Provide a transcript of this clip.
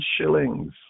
shillings